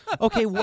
Okay